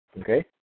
Okay